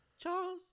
Charles